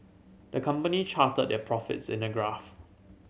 the company charted their profits in a graph